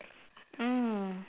mm